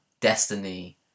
destiny